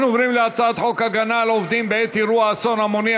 אנחנו עוברים להצעת חוק הגנה על עובדים בעת אירוע אסון המוני,